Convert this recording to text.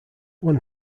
one